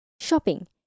shopping